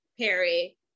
Perry